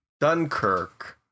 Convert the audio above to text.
Dunkirk